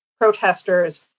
protesters